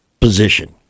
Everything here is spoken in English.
position